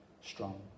strong